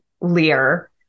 Lear